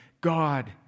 God